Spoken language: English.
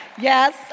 Yes